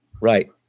Right